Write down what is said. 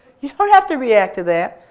you don't have to react to that!